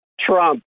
Trump